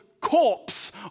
corpse